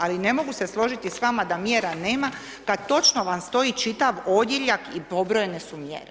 Ali ne mogu se složiti s vama da mjera nema kad točno vam stoji čitav odjeljak i pobrojane su mjere.